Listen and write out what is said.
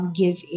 give